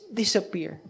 disappear